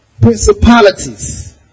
principalities